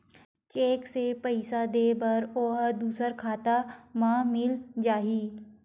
Cheque से पईसा दे बर ओहा दुसर खाता म मिल जाही?